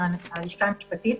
הלשכה המשפטית.